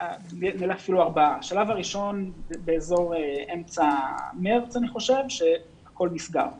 השלב הראשון באזור אמצע מארס כשהכול נסגר וזהו.